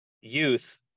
youth